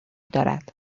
دارد